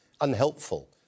unhelpful